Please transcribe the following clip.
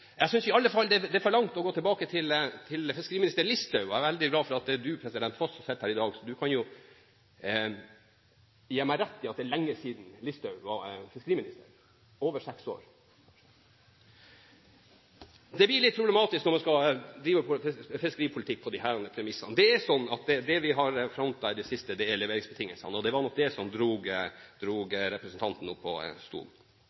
Jeg synes i alle fall det blir for langt å gå tilbake til fiskeriminister Listau. Jeg er veldig glad for at det er hr. Foss som sitter som president her i dag, slik at han kan gi meg rett i at det er lenge siden Listau var fiskeriminister – over seks år! Det blir litt problematisk når man skal drive fiskeripolitikk på disse premissene. Det vi har frontet i det siste, er leveringsbetingelsene, og det var nok det som